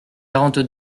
quarante